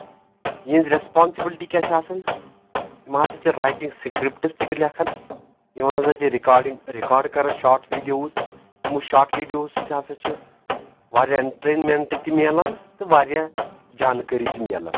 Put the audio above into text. یِہٕنٛز ریسپانسِبلٹی کیاہ چھِ آسان یِم ہسا چھِ رایٹِنٛگ سکرِپٹٕس تہِ لیکھان یِم ہسا چھِ رِکاڈِنٛگ رِکاڈ کران شاٹ ویٖڈیوز تِمو شاٹ ویٖڈیو سۭتۍ ہسا چھِ واریاہ اینٹینمیٚنٹ تہِ مِلان تہٕ واریاہ جانکٲری تہِ مِلان